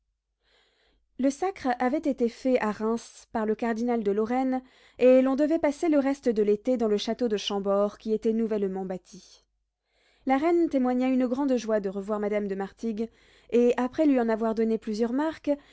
le sacre avait été fait à reims par le cardinal de lorraine et l'on devait passer le reste de l'été dans le château de chambord qui était nouvellement bâti la reine témoigna une grande joie de revoir madame de martigues et après lui en avoir donné plusieurs marques